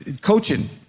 Coaching